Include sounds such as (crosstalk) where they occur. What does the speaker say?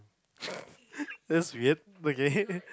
(laughs) that's weird okay